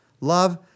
Love